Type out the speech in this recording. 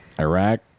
Iraq